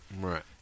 Right